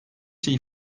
şey